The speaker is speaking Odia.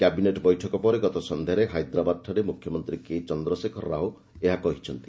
କ୍ୟାବିନେଟ୍ ବୈଠକ ପରେ ଗତ ସନ୍ଧ୍ୟାରେ ହାଇଦ୍ରାବାଦଠାରେ ମୁଖ୍ୟମନ୍ତ୍ରୀ କେ ଚନ୍ଦ୍ରଶେଖର ରାଓ ଏହା କହିଛନ୍ତି